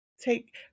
take